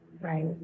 right